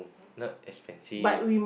not expensive